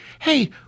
hey